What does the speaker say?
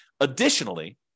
Additionally